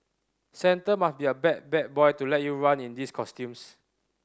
Santa must be a bad bad boy to let you run in these costumes